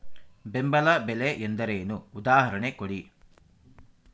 ಬೆಂಬಲ ಬೆಲೆ ಎಂದರೇನು, ಉದಾಹರಣೆ ಕೊಡಿ?